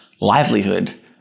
Livelihood